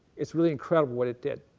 is really incredible what it did.